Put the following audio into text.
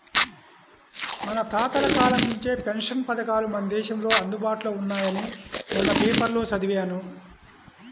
మన తాతల కాలం నుంచే పెన్షన్ పథకాలు మన దేశంలో అందుబాటులో ఉన్నాయని మొన్న పేపర్లో చదివాను